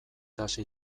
hasi